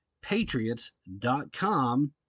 Patriots.com